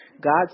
god